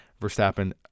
Verstappen